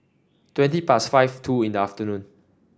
twenty past five two in the afternoon